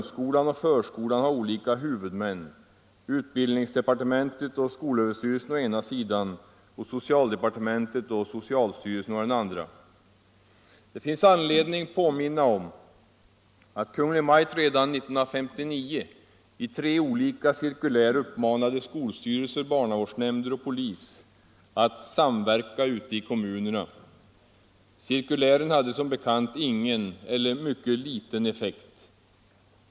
der och polis att samverka ute i kommunerna. Cirkulären hade som bekant ingen eller mycket liten effekt.